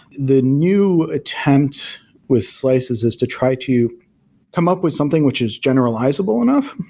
the new attempt with slices is to try to come up with something which is generalizable enough,